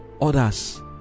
others